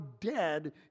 dead